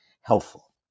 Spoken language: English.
helpful